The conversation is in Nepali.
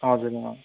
हजुर अँ